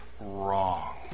wrong